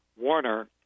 Warner